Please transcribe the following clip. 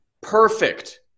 Perfect